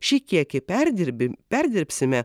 šį kiekį perdirbim perdirbsime